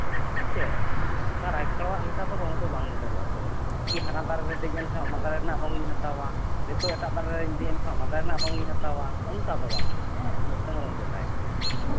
ᱦᱮᱸᱥᱮ ᱚᱱᱠᱟ ᱨᱟᱭ ᱠᱟᱠᱲᱟᱣᱟᱜ ᱞᱮᱠᱟ ᱨᱚᱝ ᱫᱚ ᱵᱟᱝ ᱵᱚᱫᱚᱞᱚᱜ ᱛᱟᱹᱞᱤᱧ ᱠᱟᱹᱴᱤᱡ ᱦᱟᱱᱟ ᱫᱟᱨᱮ ᱨᱮ ᱫᱮᱡᱼᱮᱱ ᱠᱷᱟᱱ ᱚᱱᱟ ᱫᱟᱨᱮ ᱨᱮᱱᱟᱜ ᱨᱚᱝᱼᱤᱧ ᱦᱟᱛᱟᱣᱟ ᱱᱤᱛᱚᱜ ᱮᱴᱟᱜ ᱫᱟᱨᱮ ᱨᱮᱧ ᱫᱮᱡ ᱞᱮᱱᱠᱷᱟᱱ ᱚᱱᱟ ᱫᱟᱨᱮ ᱨᱮᱭᱟᱜ ᱨᱚᱝᱼᱤᱧ ᱦᱟᱛᱟᱣᱟ ᱚᱱᱠᱟ ᱫᱚ ᱵᱟᱝᱼᱟ ᱢᱤᱫᱴᱮᱱ ᱨᱚᱝ ᱜᱮ ᱛᱟᱦᱮᱱᱟ